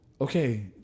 okay